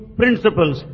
principles